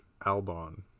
Albon